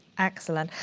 excellent.